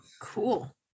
Cool